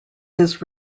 his